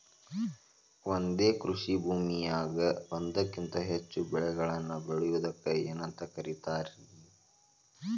ಒಂದೇ ಕೃಷಿ ಭೂಮಿಯಾಗ ಒಂದಕ್ಕಿಂತ ಹೆಚ್ಚು ಬೆಳೆಗಳನ್ನ ಬೆಳೆಯುವುದಕ್ಕ ಏನಂತ ಕರಿತಾರಿ?